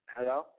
Hello